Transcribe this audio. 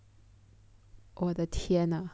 我的天啊